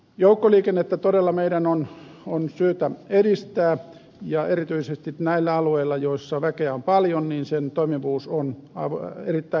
joukkoliikennettä todella meidän on syytä edistää ja erityisesti näillä alueilla joilla väkeä on paljon sen toimivuus on erittäin tärkeä